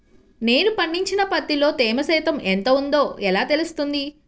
నేను పండించిన పత్తిలో తేమ శాతం ఎంత ఉందో ఎలా తెలుస్తుంది?